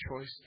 choice